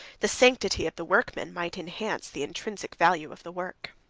the sanctity of the workmen might enhance the intrinsic value of the work.